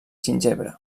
ginebre